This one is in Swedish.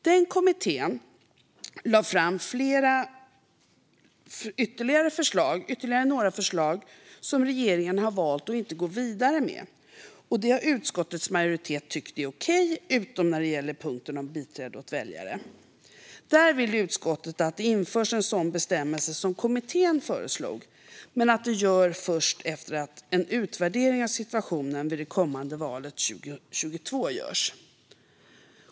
Den kommittén lade fram ytterligare några förslag som regeringen har valt att inte gå vidare med, och det har utskottets majoritet tyckt är okej utom när det gäller punkten om biträde åt väljare. Där vill utskottet att det införs en sådan bestämmelse som kommittén föreslog men att det görs först efter att en utvärdering av situationen vid det kommande valet 2022 har gjorts.